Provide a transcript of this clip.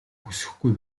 хүсэхгүй